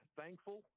thankful